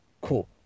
Cool